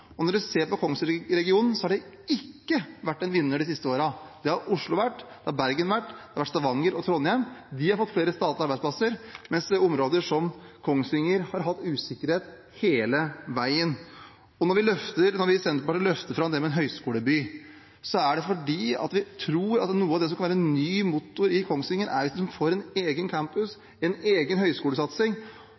Når man ser på Kongsvinger-regionen, har den ikke vært en vinner de siste årene. Det har Oslo vært. Det har Bergen vært. Det har Stavanger og Trondheim vært. De har fått flere statlige arbeidsplasser, mens områder som Kongsvinger har hatt usikkerhet hele veien. Når vi i Senterpartiet løfter fram det med en høyskoleby, er det fordi vi tror at noe av det som kan være en ny motor i Kongsvinger, er hvis den får en egen campus, en egen